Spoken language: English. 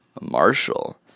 Marshall